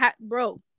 bro